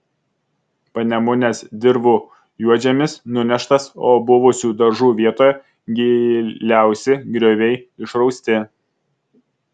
panemunės dirvų juodžemis nuneštas o buvusių daržų vietoje giliausi grioviai išrausti